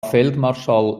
feldmarschall